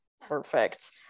Perfect